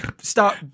Stop